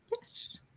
Yes